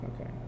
okay